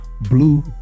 blue